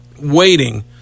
waiting